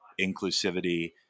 inclusivity